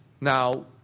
Now